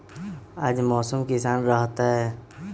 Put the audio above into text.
आज मौसम किसान रहतै?